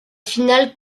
finale